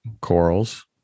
corals